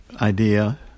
idea